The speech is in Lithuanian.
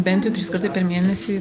bent jau trys kartai per mėnesį